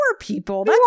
people